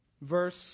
Verse